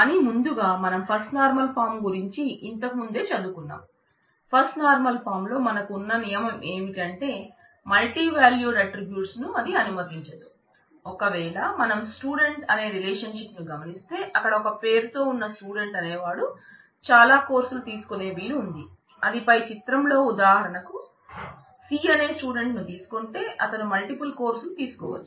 కాని ముందుగా మనం ఫస్ట్ నార్మల్ ఫాం తీసుకునే వీలు ఉంది అది పై చిత్రంలో ఉదాహరణకు C అనే స్టూడెంట్ ను తీసుకుంటే అతను మల్టిపుల్ కోర్సులు తీసుకోవచ్చు